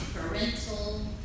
Parental